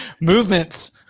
Movements